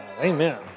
Amen